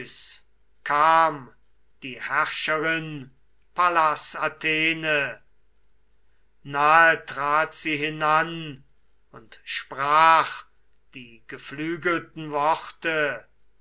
und die arme von oben nahe nun trat sie hinan und sprach die geflügelten worte